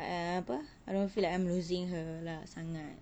ah apa I don't feel like I'm losing her lah sangat